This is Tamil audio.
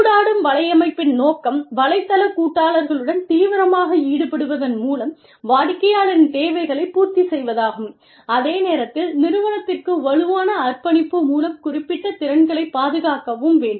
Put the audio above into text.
ஊடாடும் வலையமைப்பின் நோக்கம் வலைத்தள கூட்டாளர்களுடன் தீவிரமாக ஈடுபடுவதன் மூலம் வாடிக்கையாளர்களின் தேவைகளைப் பூர்த்தி செய்வதாகும் அதே நேரத்தில் நிறுவனத்திற்கு வலுவான அர்ப்பணிப்பு மூலம் குறிப்பிட்ட திறன்களைப் பாதுகாக்கவும் வேண்டும்